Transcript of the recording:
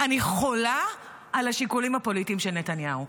אני חולה על השיקולים הפוליטיים של נתניהו.